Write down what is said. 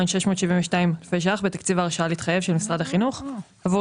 ו-672 אלפי ₪ בתקציב ההרשאה להתחייב של משרד החינוך עבור